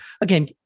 again